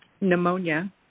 pneumonia